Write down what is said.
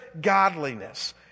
godliness